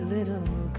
Little